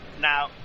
Now